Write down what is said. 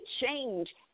change